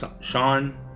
Sean